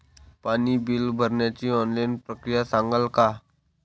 पाणी बिल भरण्याची ऑनलाईन प्रक्रिया सांगाल का?